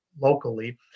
locally